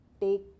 take